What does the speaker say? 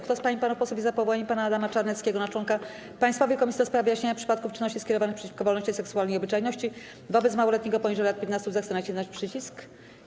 Kto z pań i panów posłów jest za powołaniem pana Adama Czarneckiego na członka Państwowej Komisji do spraw wyjaśniania przypadków czynności skierowanych przeciwko wolności seksualnej i obyczajności wobec małoletniego poniżej lat 15, zechce nacisnąć przycisk.